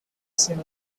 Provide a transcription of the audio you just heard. scene